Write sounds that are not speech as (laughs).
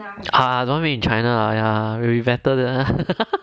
ah I don't want made in china ya lah will be better (laughs)